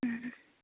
ও